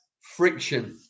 friction